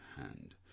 hand